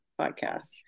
podcast